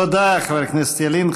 תודה, חבר הכנסת ילין.